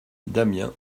damiens